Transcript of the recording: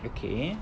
okay